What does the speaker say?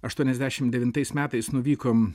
aštuoniasdešim devintais metais nuvykom